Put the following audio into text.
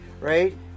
right